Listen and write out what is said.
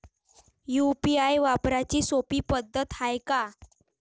UPI वापराची सोपी पद्धत हाय का?